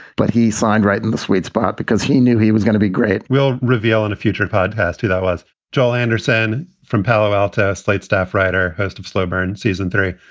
but he signed right in the sweet spot because he knew he was gonna be great we'll reveal in a future podcast. that was joel anderson from palo alto. slate staff writer, host of slow burn season three.